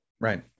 Right